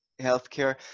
healthcare